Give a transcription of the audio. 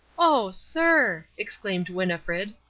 oh, sir, exclaimed winnifred.